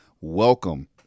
welcome